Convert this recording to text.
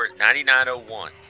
9901